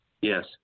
Yes